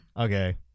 Okay